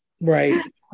Right